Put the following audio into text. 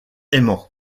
aimant